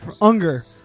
Unger